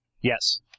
Yes